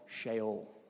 Sheol